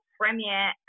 premier